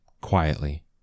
quietly